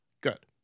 Good